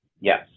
Yes